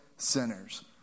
sinners